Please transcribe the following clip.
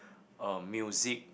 a music